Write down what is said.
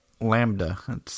lambda